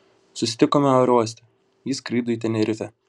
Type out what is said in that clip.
susitikome aerouoste ji skrido į tenerifę